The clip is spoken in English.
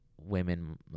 women